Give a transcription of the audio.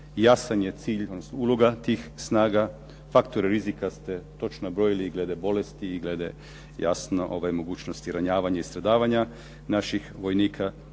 Jasan je cilj odnosno uloga tih snaga, faktor rizika ste točno brojili i glede bolesti i glede jasno ove mogućnosti i ranjavanja i stradavanja naših vojnika.